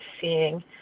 seeing